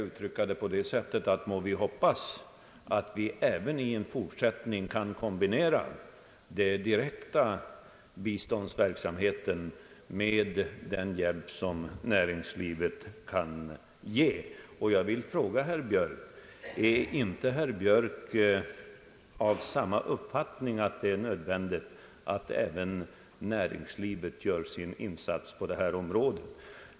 Må vi hoppas att vi även i fortsättningen kan kombinera den direkta biståndsverksamheten med den hjälp som näringslivet kan ge. Jag vill fråga om inte herr Björk är av samma uppfattning att det är nödvändigt att även näringslivet gör sin insats på detta område.